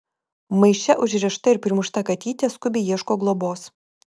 maiše užrišta ir primušta katytė skubiai ieško globos